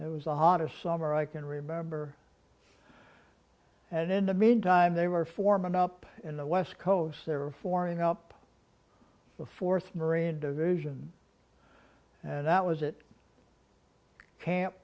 it was the hottest summer i can remember and in the meantime they were forming up in the west coast they were forming up the fourth marine division and that was it camp